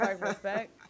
respect